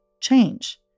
change